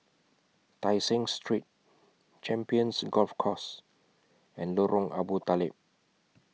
Tai Seng Street Champions Golf Course and Lorong Abu Talib